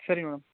சரி மேம்